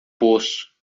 poço